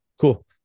cool